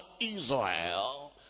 israel